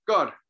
God